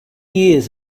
years